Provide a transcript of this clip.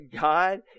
God